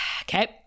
okay